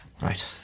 Right